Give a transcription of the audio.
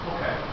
Okay